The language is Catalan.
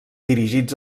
dirigits